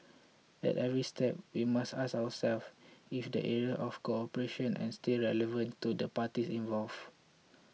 at every step we must ask ourselves if the areas of cooperation is still relevant to the parties involved